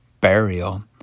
burial